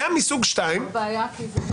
זה לא בעיה, כי זה נפסל.